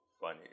funny